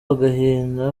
agahinda